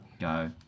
Go